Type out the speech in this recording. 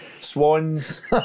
swans